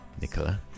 Nicola